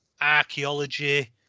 archaeology